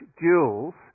jewels